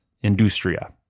industria